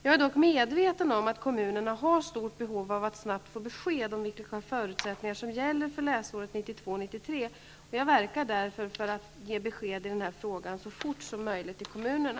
Jag är dock medveten om att kommunerna har stort behov att snabbt få besked om vilka förutsättningar som gäller för läsåret 1992/93 och jag verkar därför för att besked i denna fråga kommer att lämnas så fort som möjligt till kommunerna.